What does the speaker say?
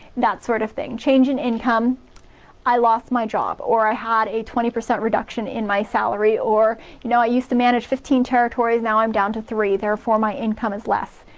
that sort of thing. change in income i lost my job or i had a twenty percent reduction in my salary or know, i used to manage territories now i'm down to three, therefore my income is less.